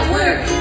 work